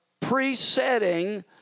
presetting